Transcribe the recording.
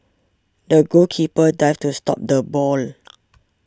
the goalkeeper dived to stop the ball